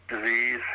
disease